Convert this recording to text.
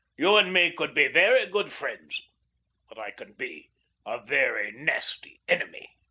you and me could be very good friends but i can be a very nasty enemy.